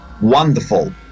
Wonderful